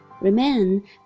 Remain